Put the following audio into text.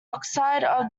oxide